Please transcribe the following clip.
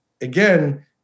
again